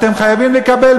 אתם חייבים לקבל.